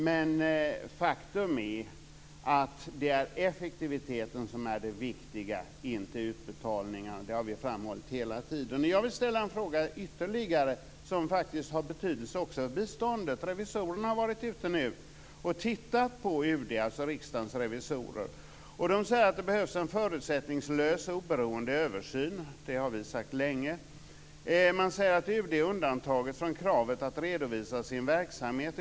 Men faktum är att det är effektiviteten som är det viktiga, inte utbetalningarna. Det har vi framhållit hela tiden. Jag vill ställa ytterligare en fråga som faktiskt har betydelse för biståndet. Riksdagens revisorer har tittat på UD och säger att det behövs en förutsättningslös och oberoende översyn. Det har vi sagt länge. Man säger att UD är undantaget från kravet att redovisa sin verksamhet.